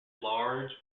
large